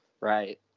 right